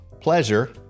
pleasure